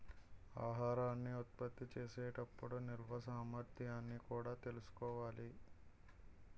ఆహారాన్ని ఉత్పత్తి చేసే టప్పుడు నిల్వ సామర్థ్యాన్ని కూడా తెలుసుకోవాలి